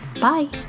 Bye